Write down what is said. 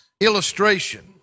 illustration